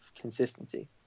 consistency